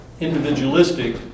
individualistic